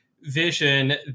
vision